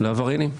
לעבריינים.